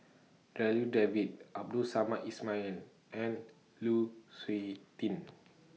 Darryl David Abdul Samad Ismail and Lu Suitin